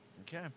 Okay